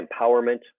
empowerment